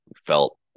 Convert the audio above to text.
felt